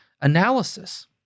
analysis